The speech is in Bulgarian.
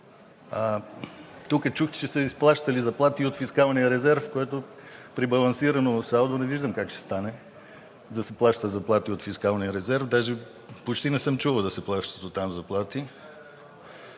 Тук чух, че се изплащали заплати от фискалния резерв, което при балансирано салдо не виждам как ще стане – да се плащат заплати от фискалния резерв, даже почти не съм чувал да се плащат оттам заплати.